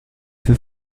für